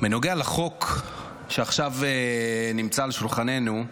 בנוגע לחוק שנמצא עכשיו על שולחננו,